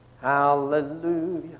Hallelujah